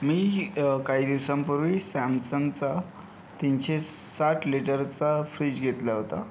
मी काही दिवसांपूर्वी सॅमसंगचा तीनशे साठ लिटरचा फ्रिज घेतला होता